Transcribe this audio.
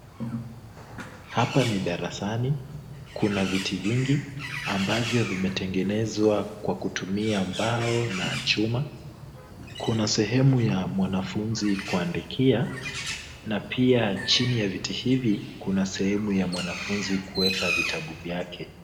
Hapa ni darasani ambapo kuna viti vingi. Ambavyo vimetengenezwa kwa kutumia mbao na chuma. Kuna sehemu ya mwanafunzi kuandikia na pia chini ya viti hivi kuna sehemu ya mwanafunzi kuweka vitabu vyake.